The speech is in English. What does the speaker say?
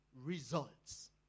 results